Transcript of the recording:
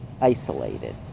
isolated